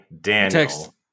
Daniel